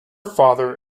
father